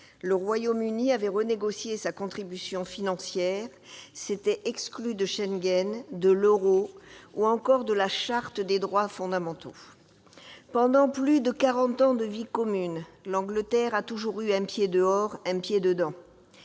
le Royaume-Uni avait renégocié sa contribution financière, s'était exclu de Schengen, de l'euro ou encore de la Charte des droits fondamentaux. Pendant plus de quarante ans de vie commune, l'Angleterre a toujours eu un pied dehors, un pied dedans.